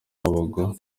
babagwa